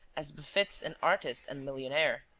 as befits an artist and millionaire.